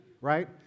right